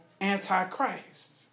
Antichrist